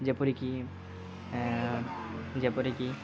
ଯେପରିକି ଯେପରିକି